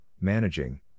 managing